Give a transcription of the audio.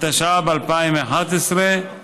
התשע"ב 2011,